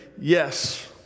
yes